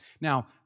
Now